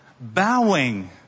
bowing